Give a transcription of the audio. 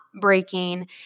breaking